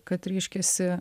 kad reiškiasi